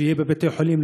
שיהיה בבתי-חולים,